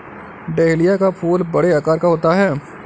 dahlia का फूल बड़े आकार का होता है